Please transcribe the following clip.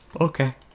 okay